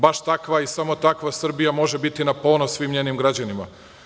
Baš takva i samo takva Srbija može biti na ponos svim njenim građanima.